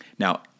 Now